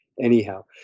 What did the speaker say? Anyhow